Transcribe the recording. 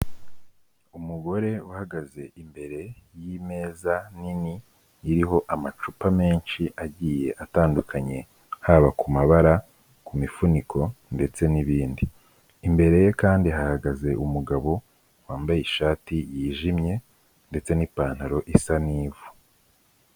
Umugore uhagaze imbere y'imeza nini, iriho amacupa menshi agiye atandukanye, haba ku mabara, ku mifuniko ndetse n'ibindi, imbere ye kandi hahagaze umugabo wambaye ishati yijimye ndetse n'ipantaro isa n'ivu.